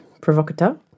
provocateur